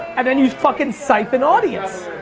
and then you fucking siphon audience.